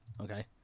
Okay